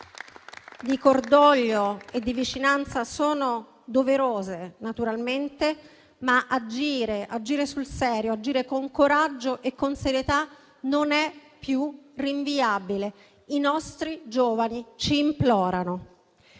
di cordoglio e di vicinanza sono naturalmente doverose, ma agire sul serio, con coraggio e con serenità non è più rinviabile. I nostri giovani ci implorano.